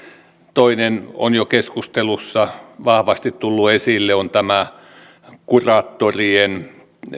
toinen on jo keskustelussa vahvasti tullut esille tämä kuraattorien